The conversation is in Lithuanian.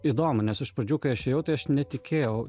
įdomu nes iš pradžių kai aš ėjau tai aš netikėjau